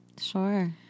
Sure